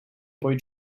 boy